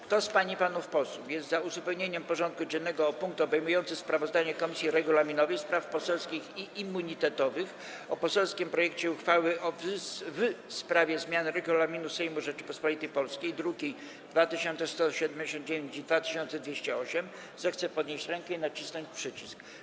Kto z pań i panów posłów jest za uzupełnieniem porządku dziennego o punkt obejmujący sprawozdanie Komisji Regulaminowej, Spraw Poselskich i Immunitetowych o poselskim projekcie uchwały w sprawie zmiany Regulaminu Sejmu Rzeczypospolitej Polskiej (druki nr 2179 i 2208), zechce podnieść rękę i nacisnąć przycisk.